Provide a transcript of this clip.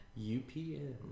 upn